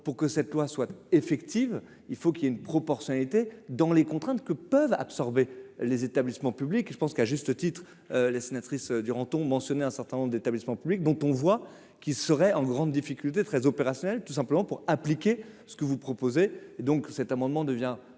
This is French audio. pour que cette loi soit effective, il faut qu'il y ait une proportionnalité dans les contraintes que peuvent absorber les établissements publics et je pense qu'à juste titre la sénatrice Duranton mentionné un certain nombre d'établissements publics dont on voit qu'il serait en grande difficulté très opérationnel, tout simplement pour appliquer ce que vous proposez donc cet amendement devient